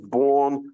born